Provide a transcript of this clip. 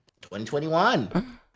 2021